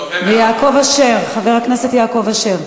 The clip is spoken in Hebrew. ויעקב אשר, חבר הכנסת יעקב אשר?